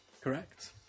Correct